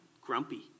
grumpy